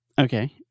Okay